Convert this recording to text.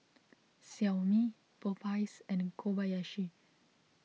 Xiaomi Popeyes and Kobayashi